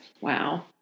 Wow